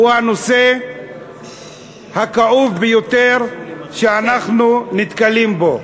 הוא הנושא הכאוב ביותר שאנחנו נתקלים בו.